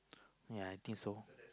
yeah I think so